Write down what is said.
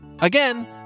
Again